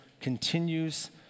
continues